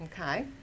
okay